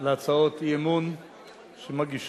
על הצעות אי-אמון שמגישות